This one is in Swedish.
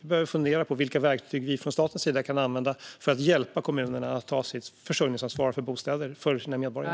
Vi behöver fundera på vilka verktyg staten kan använda för att hjälpa kommunerna att ta sitt bostadsförsörjningsansvar.